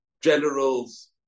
generals